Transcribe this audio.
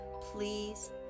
Please